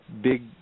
big